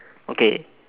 okay